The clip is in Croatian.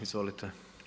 Izvolite.